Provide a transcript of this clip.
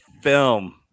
film